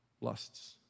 lusts